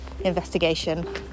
investigation